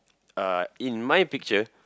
uh in my picture